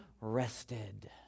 rested